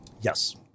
Yes